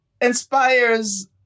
inspires